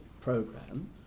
program